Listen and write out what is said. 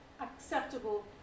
acceptable